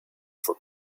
for